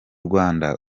rwanda